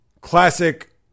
classic